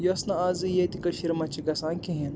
یۄس نہٕ آزٕ ییٚتہِ کٕشیٖرِ منٛز چھِ گَژھان کِہیٖنہٕ